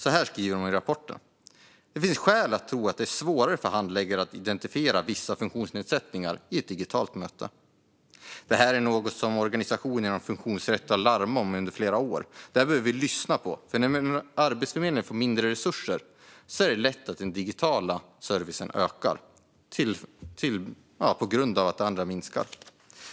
Så här skriver de i rapporten: "Det finns skäl att tro att det kan vara svårare för handläggare att identifiera vissa funktionsnedsättningar i ett digitalt möte." Detta har organisationer inom funktionsrätt larmat om under flera år, och det behöver vi lyssna på. När Arbetsförmedlingen får mindre resurser är det lätt att den digitala servicen ökar på grund av att det andra minskar.